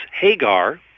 Hagar